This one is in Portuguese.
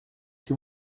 que